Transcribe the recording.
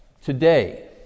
today